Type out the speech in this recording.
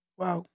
wow